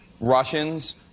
Russians